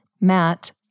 Matt